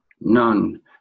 none